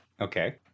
Okay